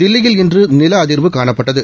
தில்லியில் இன்று நில அதிர்வு காணப்பட்டது